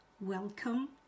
Welcome